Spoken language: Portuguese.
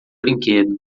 brinquedo